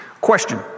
Question